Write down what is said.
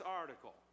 article